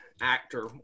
actor